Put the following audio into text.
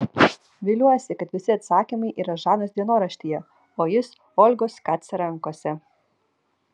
viliuosi kad visi atsakymai yra žanos dienoraštyje o jis olgos kac rankose